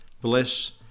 bless